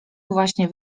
właśnie